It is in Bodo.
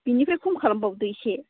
बिनिफ्राय खम खालामबावदो एसे